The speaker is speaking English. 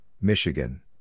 Michigan